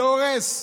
זה הורס,